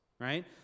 right